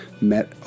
met